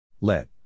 Let